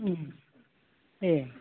ए